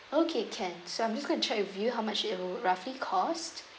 okay can so I'm just going to check with you how much it will roughly cost